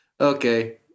Okay